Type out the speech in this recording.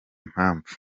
mpamvu